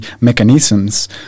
mechanisms